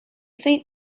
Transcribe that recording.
saint